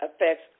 affects